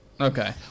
Okay